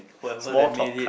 whoever that made it